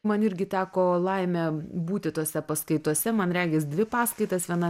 man irgi teko laimė būti tose paskaitose man regis dvi paskaitas viena